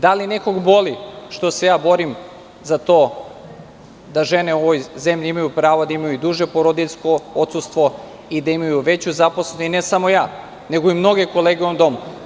Da li nekog boli što se ja borim za to da žene u ovoj zemlji imaju pravo da imaju i duže porodiljsko odsustvo i da imaju veću zaposlenost, i ne samo ja, nego i mnoge kolege u ovom domu?